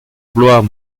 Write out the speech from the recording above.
bloaz